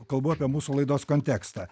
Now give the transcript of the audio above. kalbu apie mūsų laidos kontekstą